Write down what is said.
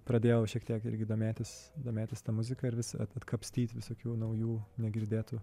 pradėjau šiek tiek irgi domėtis domėtis ta muzika ir vis atkapstyti visokių naujų negirdėtų